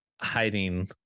hiding